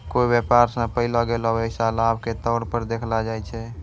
कोय व्यापार स पैलो गेलो पैसा लाभ के तौर पर देखलो जाय छै